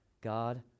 god